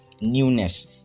newness